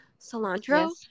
cilantro